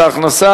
נתקבלה.